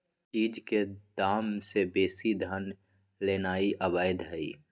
चीज के दाम से बेशी धन लेनाइ अवैध हई